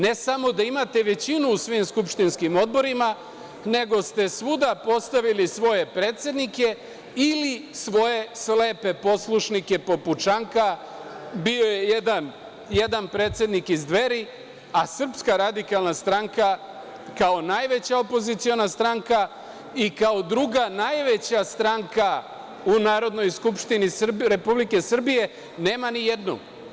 Ne samo da imate većinu u svojim skupštinskim odborima, nego ste svuda postavili svoje predsednike ili svoje slepe poslušnike, poput Čanka, bio je jedan predsednik iz Dveri, a SRS kao najveća opoziciona stranka i kao druga najveća stranka u Narodnoj skupštini Republike Srbije nema nijednog.